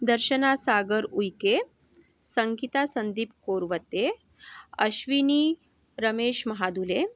Darshana Sagar Ulke Sangeeta Sandeep Porwate Ashwini Ramesh Mahadhule